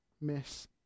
miss